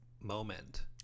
moment